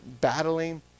battling